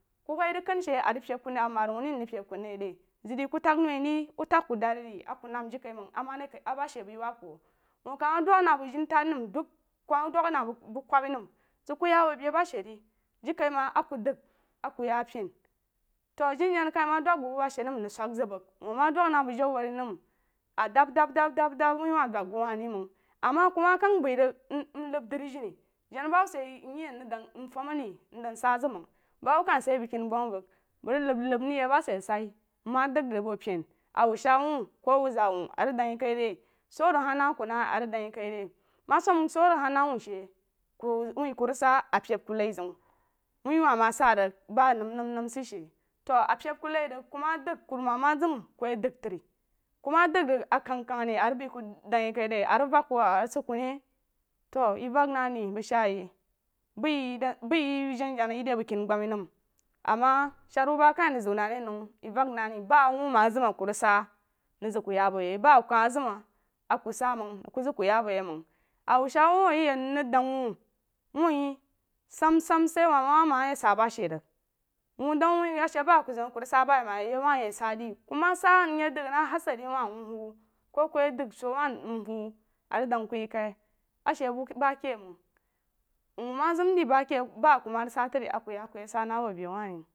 re nkah rig peb ku nai re zed de ku təg noí re wuh tag ku duri re a ku nəm jirikaíməng ama re kaí a ba she baí wab ku wuu kah ma dəg na bəg jini tari nəm duh ku ma dəg na bəg bu bukuī zəg ku ya bo beī ba she rí jirikaiməng dəg a ku ya puni to janajana kai ma dəg bəg bu ba she nəm nəg sək zəg bəg wuu ma dəg na bəg jiwari nəm a dab dab dab dab wain wah dəg bəg wah re məng ama ku ma kəng bai ríg mnab drí jeni jana bawuɓa sid ye nya rig dəg nfam re ndəg sa zəg məng ba waib ka se ye bəg kini gbəg bəg, bəg limlim nrig yak ba she sai nma dəg bəg peni wuh shaq wun ko a wah zaa wuu dən ye kai re? So arig hanaku na a rig dəg ye kai re ma səm məng ku wuti ku rig sa a peb ku nai zru wuh wah sa rig ba nəm nəm nəm se she to a peb ku nai rig ku ma dəg kurumam ma zəm ku yi dəg tre ku ma dəg rig a kag kad re ku dəg yi kaí re arig vag ku arig sid ku ne to yi vəg na rí bəg shaa yi baíyí da baíyí jana yi di bəg keni gbami nəm ama shiri bu ba kaí ríg zəu na ke nou yi vəg na ré ba wuu ma zəm a ku rig sa n̍əg zəg na ré ba wuu ma zəm a ku rig sa na̍g zəg kuya bu ye ba a ku rig sa məng nəg ku zəg ku ya bu yi məng a wuh shaq wuu a yik rig dəg wuu wah sam sam saí wah ma yí sa ba she rig wuu dəg wuh a she ba ku zəm a ku ríg sa bayiməng a awah yek de ku bna sa nyek dəg na hasarí wah nwu ko ku yi dəg so wu nwu a raíg dəg ku yí kaí a she bəg ba ke məng wuu ma zam de ba ke ba ku ma rig sa tre a ku ya a ku ye sa na bei wuh re.